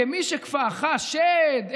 כמי שכפאך השד,